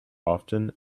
often